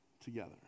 together